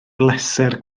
bleser